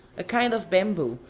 a kind of bamboo,